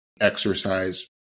exercise